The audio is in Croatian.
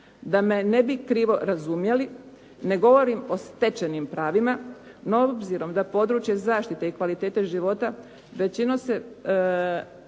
Da me ne bi krivo razumjeli, ne govorim o stečenim pravima, no obzirom da područje zaštite i kvalitete života većinom se